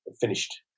finished